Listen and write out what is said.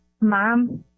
Mom